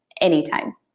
anytime